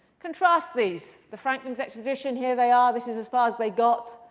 contrast these, the franklin's expedition. here they are. this is as far as they got.